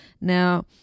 Now